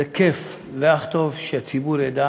זה כיף, זה אך טוב שהציבור ידע